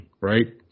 right